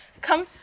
come